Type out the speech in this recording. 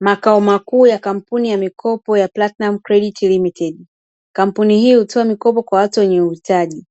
Makao makuu ya kampuni ya mikopo ya "Platinum Credit Limited" kampuni hii hutoa mikopo kwa watu wenye huitaji.